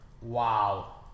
Wow